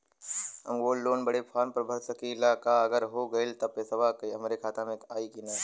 हम gold loan बड़े form भर सकी ला का अगर हो गैल त पेसवा हमरे खतवा में आई ना?